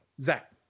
Zach